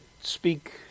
speak